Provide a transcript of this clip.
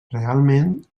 realment